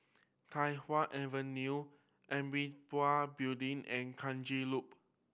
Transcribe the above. Tai Hwan Avenue Amitabha Building and Kranji Loop